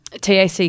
TAC